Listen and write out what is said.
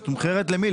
מתומחרת למי?